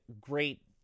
great